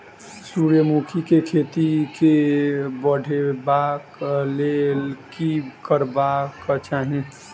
सूर्यमुखी केँ खेती केँ बढ़ेबाक लेल की करबाक चाहि?